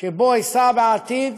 שאשא בעתיד